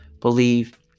believe